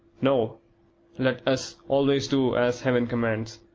no let us always do as heaven commands,